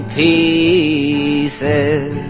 pieces